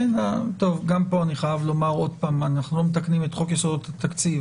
גם כאן אני חייב לומר שוב שאנחנו לא מתקנים את חוק יסודות התקציב